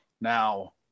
Now